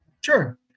sure